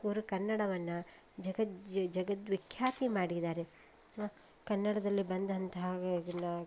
ಇವರು ಕನ್ನಡವನ್ನು ಜಗತ್ ಜಗದ್ವಿಖ್ಯಾತಿ ಮಾಡಿದ್ದಾರೆ ಕನ್ನಡದಲ್ಲಿ ಬಂದಂತಹ ಇದನ್ನು